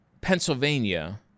Pennsylvania